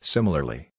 Similarly